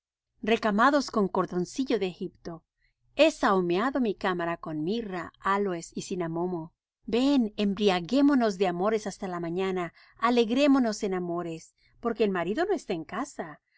recamados con cordoncillo de egipto he sahumado mi cámara con mirra áloes y cinamomo ven embriaguémonos de amores hasta la mañana alegrémonos en amores porque el marido no está en casa